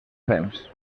fems